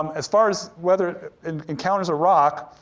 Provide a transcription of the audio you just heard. um as far as whether it encounters a rock,